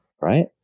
right